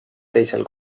teisel